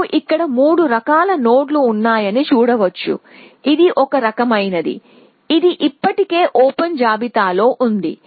మీరు ఇక్కడ మూడు రకాల నోడ్లు ఉన్నాయని చూడవచ్చు ఇది ఒక రకమైనది ఇది ఇప్పటికే ఓపెన్ జాబితాలో ఉంది